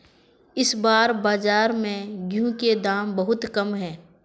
इस बार बाजार में गेंहू के दाम बहुत कम है?